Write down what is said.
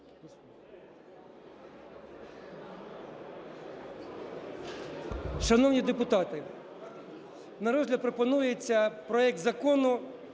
Шановні депутати! На розгляд пропонується проект Закону